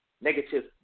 negative